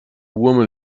woman